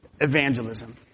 evangelism